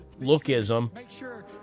lookism